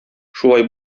шулай